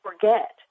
forget